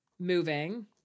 moving